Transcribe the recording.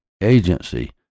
agency